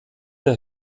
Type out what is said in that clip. der